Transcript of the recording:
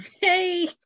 Hey